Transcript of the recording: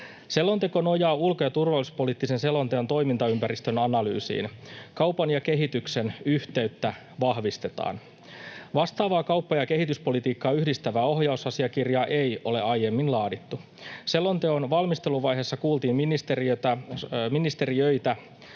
Selonteon valmisteluvaiheessa kuultiin ministeriöitä,